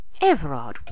Everard